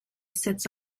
sits